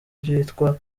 yitwa